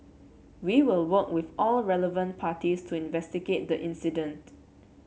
we will work with all relevant parties to investigate the incident